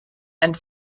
and